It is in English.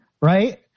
right